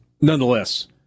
nonetheless